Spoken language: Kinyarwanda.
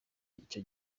icyo